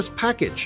package